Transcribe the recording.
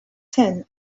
ten